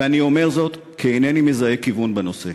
ואני אומר זאת כי אינני מזהה כיוון בנושא.